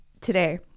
today